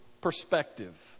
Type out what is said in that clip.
perspective